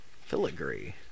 Filigree